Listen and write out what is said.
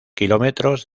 kilómetros